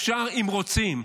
אפשר אם רוצים.